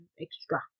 extra